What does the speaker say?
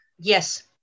Yes